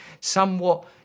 somewhat